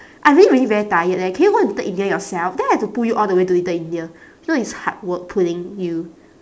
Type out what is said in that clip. I really really very tired leh can you go little india yourself then I have to pull you all the way to little india so it's hard work pulling you